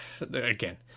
again